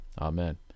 Amen